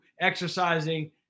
exercising